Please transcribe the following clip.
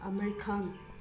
ꯑꯃꯤꯔꯈꯥꯟ